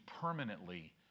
permanently